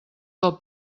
del